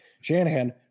Shanahan